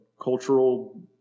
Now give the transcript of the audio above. cultural